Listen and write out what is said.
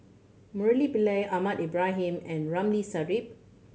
Murali Pillai Ahmad Ibrahim and Ramli Sarip